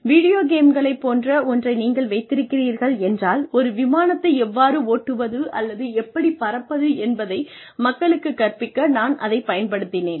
video கேம்களை போன்ற ஒன்றை நீங்கள் வைத்திருக்கிறீர்கள் என்றால் ஒரு விமானத்தை எவ்வாறு ஓட்டுவது அல்லது எப்படிப் பறப்பது என்பதை மக்களுக்கு கற்பிக்க நான் அதைப் பயன்படுத்தினேன்